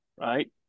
right